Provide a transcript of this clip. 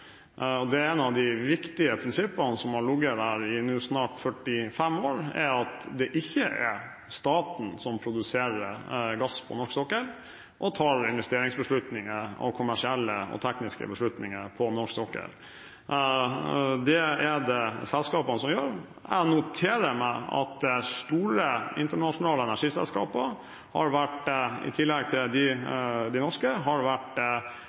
av de viktige prinsippene, som har ligget til grunn i snart 45 år, er at det ikke er staten som produserer gass på norsk sokkel, eller som tar investeringsbeslutninger, kommersielle beslutninger og tekniske beslutninger på norsk sokkel. Det gjør selskapene. Jeg noterer meg at store, internasjonale energiselskaper – i tillegg til de norske – har vært